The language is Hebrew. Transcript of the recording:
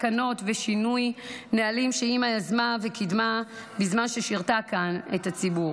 תקנות ושינוי נהלים שאימא יזמה וקידמה בזמן ששירתה כאן את הציבור.